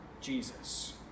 Jesus